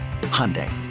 Hyundai